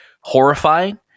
horrifying